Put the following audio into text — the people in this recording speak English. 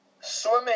swimming